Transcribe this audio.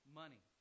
money